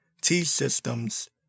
T-Systems